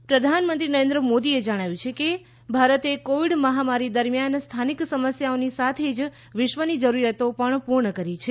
PM Finland પ્રધાનમંત્રી નરેન્દ્ર મોદીએ જણાવ્યું છે કે ભારતે કોવિડ મહામારી દરમિયાન સ્થાનિક સમસ્યાઓની સાથે જ વિશ્વની જરૂરિયાતો પૂર્ણ કરી છે